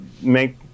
make